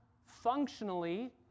functionally